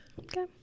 Okay